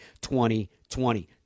2020